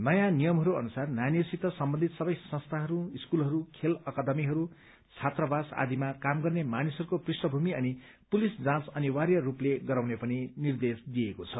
नयाँ नियमहरू अुनसार नानीहरूसित सम्बन्धित सबै संस्थाहरू स्कूलहरू खेल अकादमीहरू छात्रावास आदिमा काम गर्ने मानिसहरूको पृष्ठभूम अनि पुलिस जाँच अनिवार्य रूपले गराउने पनि निर्देश दिइएको छ